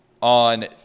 On